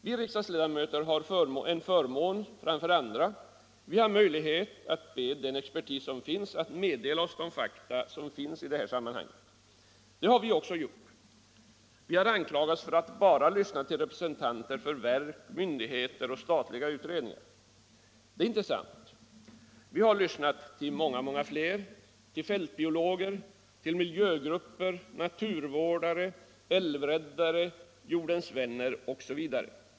Vi riksdagsledamöter har en förmån framför andra: vi har möjlighet att be den expertis som finns att meddela oss fakta i det här sammanhanget. Det har vi också gjort. Vi har anklagats för att bara lyssna till representanter för verk, myndigheter och statliga utredningar. Det är inte sant. Vi har lyssnat till många fler: till fältbiologer, mil jögrupper, naturvårdare, älvräddare, Jordens Vänner osv.